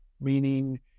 meaning